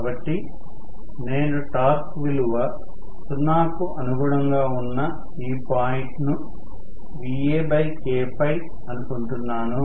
కాబట్టి నేను టార్క్ విలువ 0 కు అనుగుణంగా ఉన్న ఈ పాయింట్ను VaK అనుకుంటున్నాను